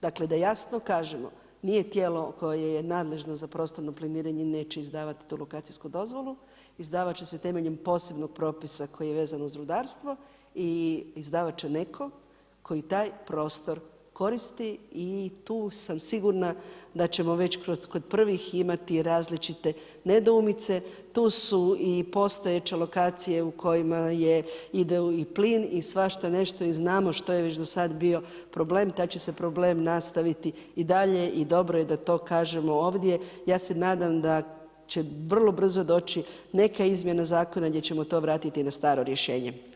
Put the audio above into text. Dakle, da jasno kažemo, nije tijelo koje je nadležno za prostorno planiranje neće izdavati tu lokacijsku dozvolu, izdavat će se temeljem posebnog propisa koji je vezan uz rudarstvo i izdavat će netko koji taj prostor koristi i tu sam sigurna da ćemo već kod prvih imati različite nedoumice, tu su i postojeće lokacije u kojima je idu i plin i svašta nešto i znamo što je već i dosada bio problem, taj će se problem nastaviti i dalje i dobro je da to kažemo ovdje, ja se nadam da će vrlo brzo doći neka izmjena zakona gdje ćemo to vratiti na staro rješenje.